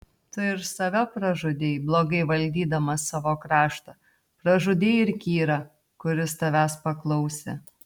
tu ir save pražudei blogai valdydamas savo kraštą pražudei ir kyrą kuris tavęs paklausė